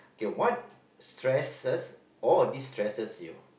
what stresses or destresses you